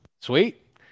Sweet